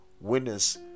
Winners